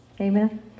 amen